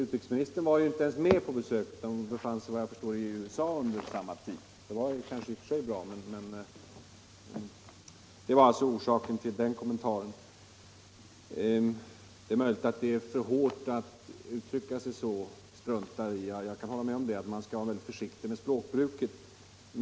Utrikesministern var ju inte ens med på besöket, utan befann sig efter vad jag kan förstå under samma tid i USA. Det var kanske i och för sig bra. Det var detta som var orsaken till min kommentar om att interpellationen hade överlämnats till utrikesministern för besvarande. Det är möjligt att det är för hårt att använda uttrycket ”strunta i”. Jag kan hålla med om att man skall vara mycket försiktig med språkbruket.